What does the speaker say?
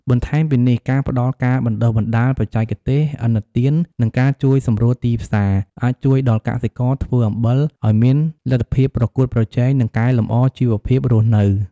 បន្ថែមពីនេះ ការផ្តល់ការបណ្តុះបណ្តាល បច្ចេកទេស ឥណទាន និងការជួយសម្រួលទីផ្សារ អាចជួយដល់កសិករធ្វើអំបិលឱ្យមានលទ្ធភាពប្រកួតប្រជែង និងកែលម្អជីវភាពរស់នៅ។